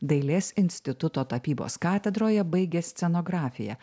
dailės instituto tapybos katedroje baigė scenografiją